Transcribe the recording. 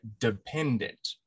dependent